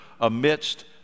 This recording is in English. amidst